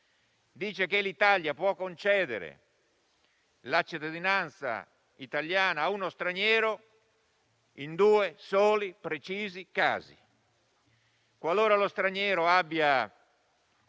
dice che l'Italia può concedere la cittadinanza italiana a uno straniero in due soli precisi casi: qualora lo straniero abbia